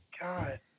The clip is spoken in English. god